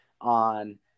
on